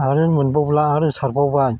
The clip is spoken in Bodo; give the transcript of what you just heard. आरो मोनब्लावबा आरो सारबावबान